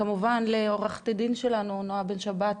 וכמובן לעורכת הדין שלנו נעה בן שבת,